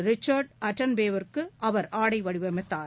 Richard அட்டன்பரோவிற்குஅவர ஆடை வடிவமைத்தார்